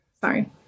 Sorry